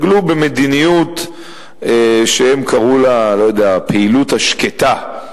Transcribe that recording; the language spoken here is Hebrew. במדיניות שהם קראו לה "הפעילות השקטה",